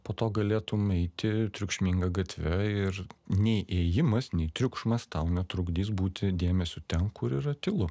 po to galėtum eiti triukšminga gatve ir nei ėjimas nei triukšmas tau netrukdys būti dėmesiu ten kur yra tylu